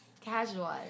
Casual